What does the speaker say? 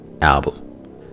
album